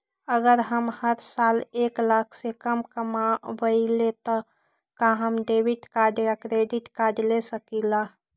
अगर हम हर साल एक लाख से कम कमावईले त का हम डेबिट कार्ड या क्रेडिट कार्ड ले सकीला?